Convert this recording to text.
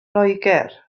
loegr